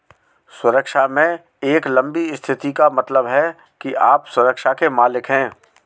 सुरक्षा में एक लंबी स्थिति का मतलब है कि आप सुरक्षा के मालिक हैं